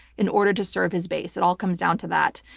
in order to serve his base. it all comes down to that.